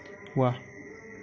ৱাহ